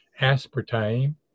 aspartame